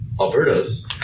Alberto's